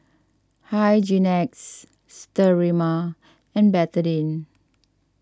Hygin X Sterimar and Betadine